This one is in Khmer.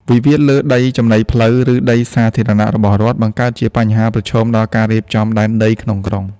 វិវាទលើដីចំណីផ្លូវ ឬដីសាធារណៈរបស់រដ្ឋ បង្កើតជាបញ្ហាប្រឈមដល់ការរៀបចំដែនដីក្នុងក្រុង។